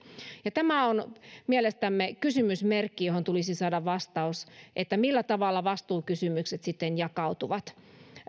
ja tämä on mielestämme kysymysmerkki johon tulisi saada vastaus millä tavalla vastuukysymykset sitten jakautuvat